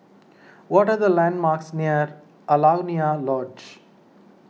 what are the landmarks near Alaunia Lodge